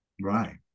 Right